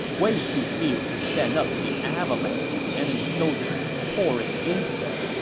way too few to stand up to the avalanche of enemy soldiers pouring into them.